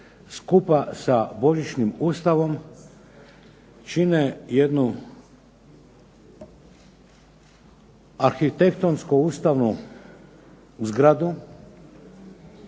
skupa sa "božićnim Ustavom" čine jednu arhitektonsko-ustavnu zgradu